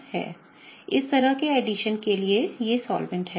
इस तरह के एडिशन के लिए ये सॉल्वैंट्स हैं